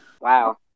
Wow